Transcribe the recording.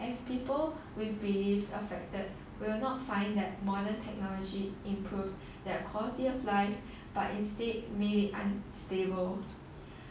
as people with beliefs affected will not find that modern technology improve their quality of life but instead made it unstable